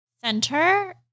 center